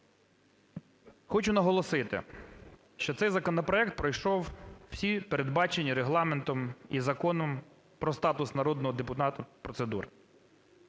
Хочу наголосити, що цей законопроект пройшов всі, передбачені Регламентом і Законом про статус народного депутата, процедури.